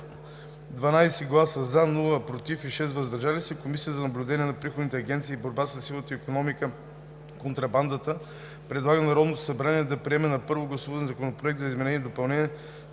9 гласа „за“, без „против“ и 7 гласа „въздържал се“, Комисията за наблюдение на приходните агенции и борба със сивата икономика и контрабандата предлага на Народното събрание да приеме на първо гласуване Законопроект за изменение и допълнение